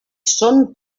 són